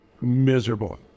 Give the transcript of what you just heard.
miserable